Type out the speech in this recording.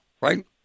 right